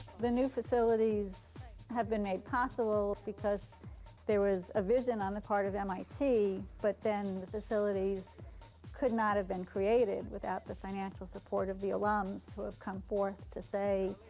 the new facilities had been made possible because there was a vision on the part of mit, but then the facilities could not have been created without the financial support of the alums who have come forth to say,